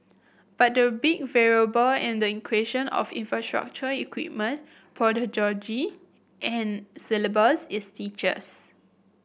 but the big variable in the equation of infrastructure equipment and syllabus is teachers